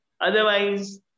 Otherwise